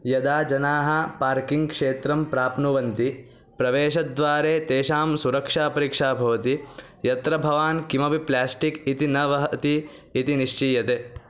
यदा जनाः पार्किङ्ग् क्षेत्रं प्राप्नुवन्ति प्रवेशद्वारे तेषां सुरक्षापरीक्षा भवति यत्र भवान् किमपि प्लास्टिक् इति न वहति इति निश्चीयते